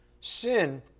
sin